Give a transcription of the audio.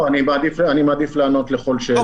אני מעדיף לענות לכל שאלה,